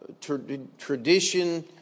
tradition